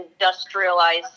industrialized